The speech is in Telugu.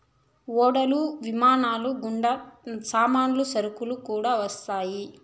ఓడలు విమానాలు గుండా సామాన్లు సరుకులు కూడా వస్తాయి